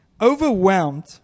overwhelmed